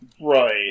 Right